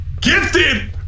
gifted